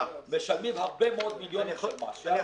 משלמים הרבה מאוד מיליונים שם, שיעבירו לחקלאים.